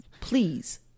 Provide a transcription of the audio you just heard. Please